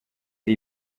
ari